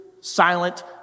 silent